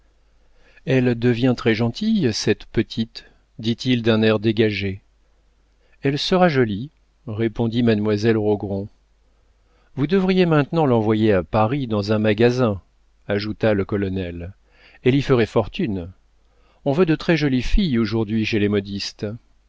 elle devient très gentille cette petite dit-il d'un air dégagé elle sera jolie répondit mademoiselle rogron vous devriez maintenant l'envoyer à paris dans un magasin ajouta le colonel elle y ferait fortune on veut de très-jolies filles aujourd'hui chez les modistes